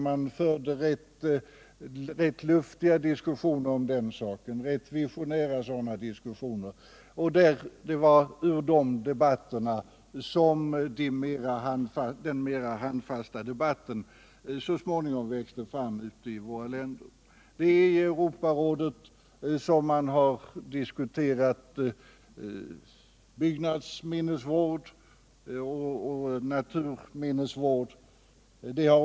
Man förde rätt luftiga och visionära diskussioner om detta, men det var ur sådana överläggningar som den mera handfasta debatten så småningom växte fram i de enskilda länderna. Man har också i Europarådet tidigt diskuterat byggnadsminnesoch naturminnesvård.